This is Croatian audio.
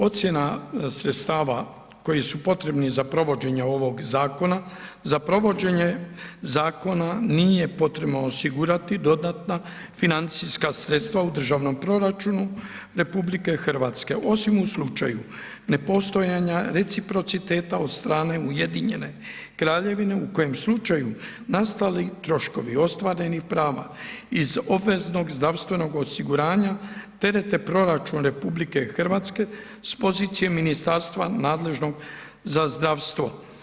Ocjena sredstava koji su potrebni za provođenje ovoga zakona, za provođenje zakona nije potrebno osigurati dodatne financijska sredstva u Državnom proračunu Republike Hrvatske, osim u slučaju nepostojanja reciprociteta od strane Ujedinjene Kraljevine u kojem slučaju nastali troškovi ostvarenih prava iz obveznog zdravstvenog osiguranja terete proračun Republike Hrvatske s pozicije ministarstva nadležnog za zdravstvo.